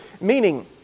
meaning